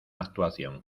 actuación